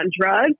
drugs